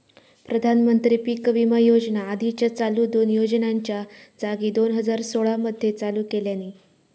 प्रधानमंत्री पीक विमा योजना आधीच्या चालू दोन योजनांच्या जागी दोन हजार सोळा मध्ये चालू केल्यानी